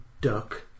duck